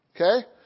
Okay